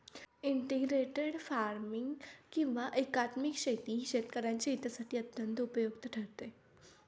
integrated farming किंवा एकात्मिक शेती ही शेतकऱ्यांच्या हितासाठी अत्यंत उपयुक्त ठरते